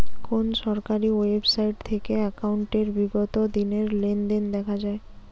কোন সরকারি ওয়েবসাইট থেকে একাউন্টের বিগত দিনের লেনদেন দেখা যায়?